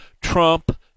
Trump